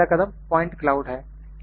पहला कदम point cloud है